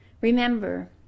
Remember